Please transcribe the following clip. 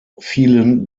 vielen